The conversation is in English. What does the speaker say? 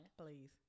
Please